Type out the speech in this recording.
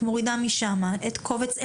את מורידה משם קובץ אחד,